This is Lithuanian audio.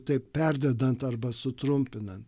taip perdedant arba sutrumpinant